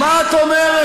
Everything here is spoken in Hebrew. מה את אומרת?